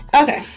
Okay